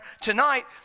tonight